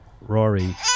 Rory